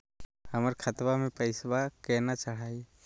हमर खतवा मे पैसवा केना चढाई?